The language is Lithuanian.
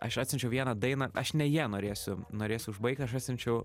aš atsiunčiau vieną dainą aš ne ja norėsiu norėsiu užbaigti aš atsiunčiau